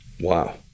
Wow